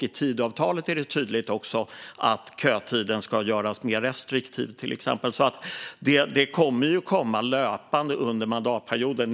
I Tidöavtalet är det också tydligt att kötiden ska göras mer restriktiv, till exempel. Detta kommer alltså att komma löpande under mandatperioden.